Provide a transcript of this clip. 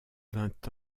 vingt